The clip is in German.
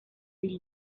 will